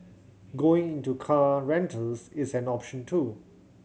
going into car rentals is an option too